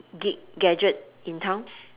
gad~ gadget in town